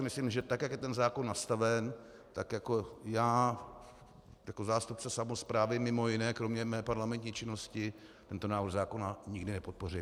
Myslím, že tak jak je ten zákon nastaven, já jako zástupce samosprávy mimo jiné, kromě své parlamentní činnosti, tento návrh zákona nikdy nepodpořím.